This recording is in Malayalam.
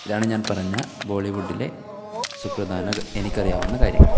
ഇതാണ് ഞാൻ പറഞ്ഞ ബോളിവുഡിലെ സുപ്രധാന എനിക്കറിയാവുന്ന കാര്യങ്ങൾ